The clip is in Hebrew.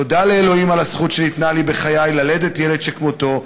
תודה לאלוהים על הזכות שניתנה לי בחיי ללדת ילד שכמותו.